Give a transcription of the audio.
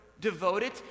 devoted